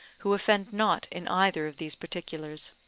who offend not in either of these particulars.